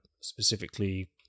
specifically